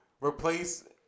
replace